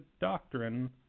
doctrine